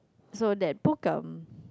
so that book um